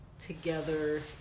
Together